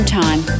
time